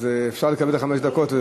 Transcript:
אז אפשר לקבל את חמש הדקות.